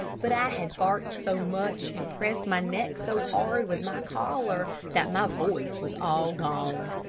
but i had barked so much, and pressed my neck so hard with my collar that my voice was all gone.